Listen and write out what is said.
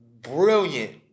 brilliant